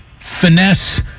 finesse